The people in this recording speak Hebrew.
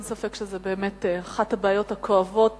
אין ספק שזו באמת אחת הבעיות הכואבות,